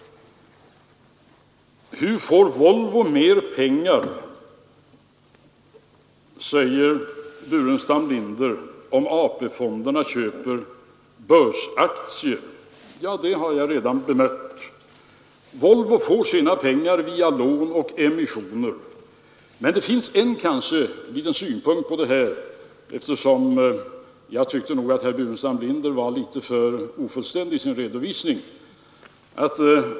Hur får Volvo mer pengar, frågar herr Burenstam Linder, om AP-fonderna köper börsaktier? Det har jag redan bemött. Volvo får sina pengar via lån och emissioner. Men jag kanske skall lägga ytterligare en liten synpunkt på detta, eftersom jag tyckte att herr Burenstam Linder var något ofullständig i sin redovisning.